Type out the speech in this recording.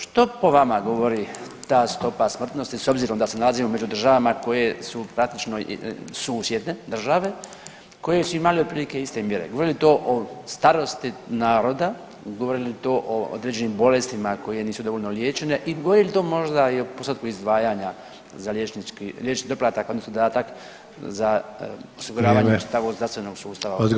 Što po vama govori ta stopa smrtnosti s obzirom da se nalazimo među državama koje su praktično susjedne države koje su imale otprilike iste mjere, govori li to o starosti naroda, govori li to o određenim bolestima koje nisu dovoljno liječene i govori li to možda i o postotku izdvajanja za liječnički, doplatak odnosno dodatak za osiguravanje sredstava u zdravstvenom sustavu u Hrvatskoj?